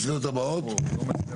הצבעה לא אושר.